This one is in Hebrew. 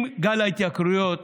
אם גל ההתייקרויות